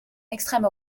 extrême